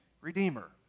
redeemer